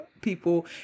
people